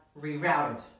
rerouted